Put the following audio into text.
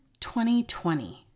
2020